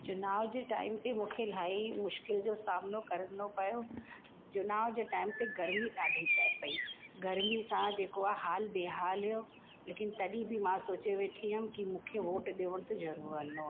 चुनाव जे टाइम ते मूंखे इलाही मुश्किल जो सामनो करिणो पियो चुनाव जे टाइम ते गर्मी ॾाढी पिए पेई गर्मी सां जेको आहे हालु बेहालु हुओ लेकिनि तॾहिं बि मां सोचे वेठी हुअमि कि मूंखे वोट ॾियण त ज़रूरु वञिणो आहे